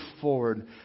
forward